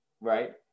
right